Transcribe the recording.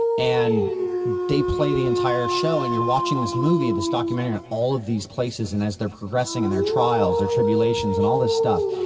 and they play the entire show, and you're watching this movie or this documentary on all of these places and as they're progressing in their trials, their tribulations, and all this stuff.